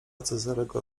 cezarego